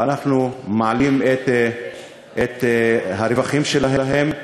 ואנחנו מעלים את הרווחים שלהם,